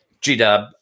G-Dub